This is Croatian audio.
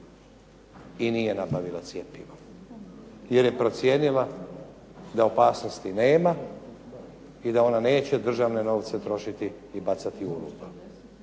i nije nabavila cjepivo jer je procijenila da opasnosti nema i da ona neće državne novce trošiti i bacati uludo.